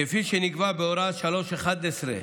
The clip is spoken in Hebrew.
כפי שנקבע בהוראה 3.11,